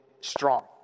strong